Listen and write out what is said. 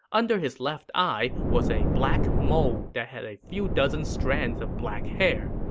under his left eye was a black mole that had a few dozen strands of black hair.